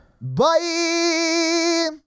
Bye